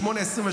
08:27,